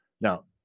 Now